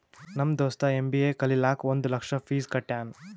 ನಮ್ ದೋಸ್ತ ಎಮ್.ಬಿ.ಎ ಕಲಿಲಾಕ್ ಒಂದ್ ಲಕ್ಷ ಫೀಸ್ ಕಟ್ಯಾನ್